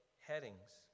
headings